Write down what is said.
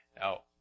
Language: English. Now